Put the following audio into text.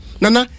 nana